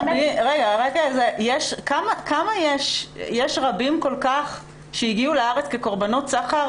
יש רבים כל-כך שהגיעו לארץ כקורבנות סחר